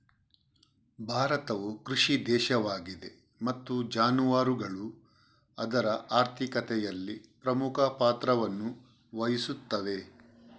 ಭಾರತವು ಕೃಷಿ ದೇಶವಾಗಿದೆ ಮತ್ತು ಜಾನುವಾರುಗಳು ಅದರ ಆರ್ಥಿಕತೆಯಲ್ಲಿ ಪ್ರಮುಖ ಪಾತ್ರವನ್ನು ವಹಿಸುತ್ತವೆ